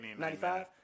95%